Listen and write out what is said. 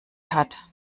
hat